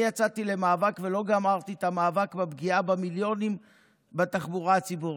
אני יצאתי למאבק ולא גמרתי את המאבק בפגיעה במיליונים בתחבורה הציבורית.